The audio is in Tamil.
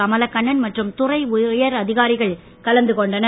கமலக்கண்ணன் மற்றும் துறை உயர் அதிகாரிகள் கலந்து கொண்டனர்